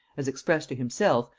as expressed to himself,